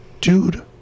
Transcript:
Dude